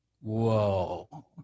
Whoa